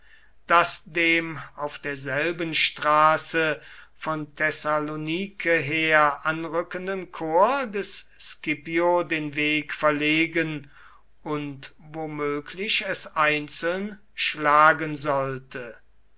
das dem auf derselben straße von thessalonike her anrückenden korps des scipio den weg verlegen und womöglich es einzeln schlagen sollte